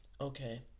Okay